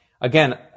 again